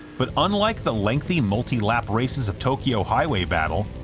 but unlike the lengthily multi-lap races of tokyo highway battle,